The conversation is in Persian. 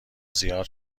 زیاد